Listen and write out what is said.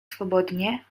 swobodnie